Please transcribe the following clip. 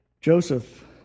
Joseph